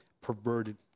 perverted